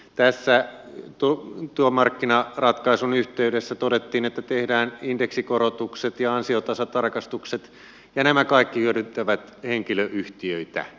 tässä tuon markkinaratkaisun yhteydessä todettiin että tehdään indeksikorotukset ja ansiotason tarkastukset ja nämä kaikki hyödyttävät henkilöyhtiöitä